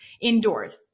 Indoors